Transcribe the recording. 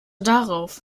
darauf